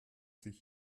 sich